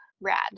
Rad